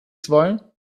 zwei